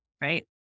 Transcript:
Right